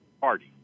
party